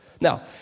Now